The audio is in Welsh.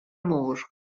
môr